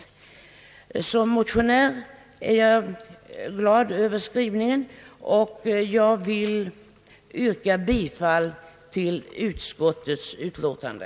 I egenskap av motionär är jag glad över utskottets skrivning och vill därför yrka bifall till utskottets utlåtande.